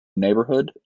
neighborhood